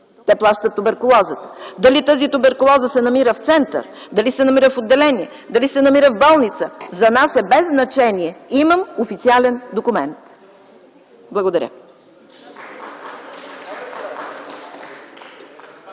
Те плащат туберкулозата. „Дали тази туберкулоза се намира в център, дали се намира в отделение, дали се намира в болница, за нас е без значение.” Имам официален документ. Благодаря.